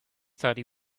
thought